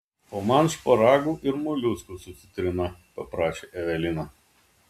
o man šparagų ir moliuskų su citrina paprašė evelina